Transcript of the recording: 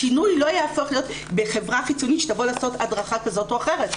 השינוי לא יהפוך להיות בחברה חיצונית שתבוא לעשות הדרכה כזאת או אחרת,